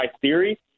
theory